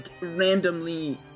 randomly